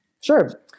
Sure